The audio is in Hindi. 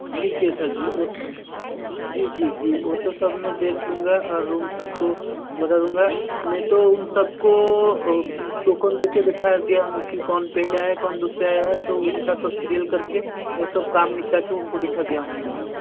ठीक है सर जी ओ जी जी जी ओ तो सब मैं देख लूँगा और उन सबको बता दूँगा मैं तो उन सबको टोकन देके बिठा दिया हूँ की कौन पहले आया कौन दूसरा आया है तो उनका सब सिरिअल करके वो सब काम निपटा के उनको बिठा दिया हूँ मैंने